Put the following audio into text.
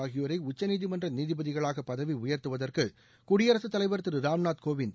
ஆகியோரை உச்சநீதிமன்ற நீதிபதிகளாக பதவி உயா்த்துவதற்கு குடியரசுத்தலைவா் திரு ராம்நாத் கோவிந்த்